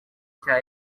cya